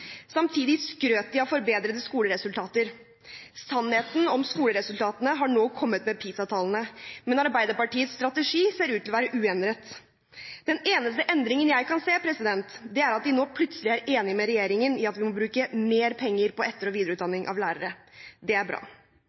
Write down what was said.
Samtidig skrøt de av forbedrede skoleresultater. Sannheten om skoleresultatene har nå kommet med PISA-tallene, men Arbeiderpartiets strategi ser ut til å være uendret. Den eneste endringen jeg kan se, er at de nå plutselig er enige med regjeringen i at vi må bruke mer penger på etter- og videreutdanning av lærere. Det er bra.